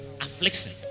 affliction